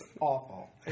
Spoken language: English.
awful